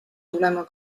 tulema